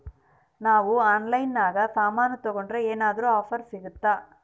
ನಾವು ಆನ್ಲೈನಿನಾಗ ಸಾಮಾನು ತಗಂಡ್ರ ಏನಾದ್ರೂ ಆಫರ್ ಸಿಗುತ್ತಾ?